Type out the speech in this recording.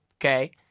Okay